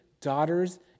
daughters